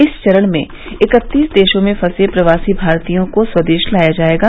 इस चरण में इकत्तीस देशों में फंसे प्रवासी भारतीयों को स्वदेश लाया जाएगा